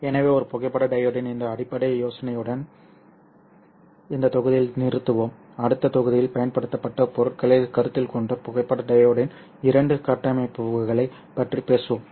எனவே ஒரு புகைப்பட டையோடின் இந்த அடிப்படை யோசனையுடன் இந்த தொகுதியில் நிறுத்துவோம் அடுத்த தொகுதியில் பயன்படுத்தப்பட்ட பொருட்களைக் கருத்தில் கொண்டு புகைப்பட டையோட்டின் இரண்டு கட்டமைப்புகளைப் பற்றி பேசுவோம்